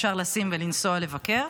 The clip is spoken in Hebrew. אפשר לשים ולנסוע לבקר,